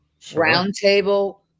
roundtable